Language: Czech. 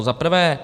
Za prvé.